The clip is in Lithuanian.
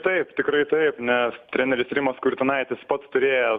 taip tikrai taip nes treneris rimas kurtinaitis pats turėjo